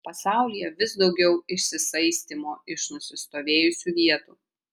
pasaulyje vis daugiau išsisaistymo iš nusistovėjusių vietų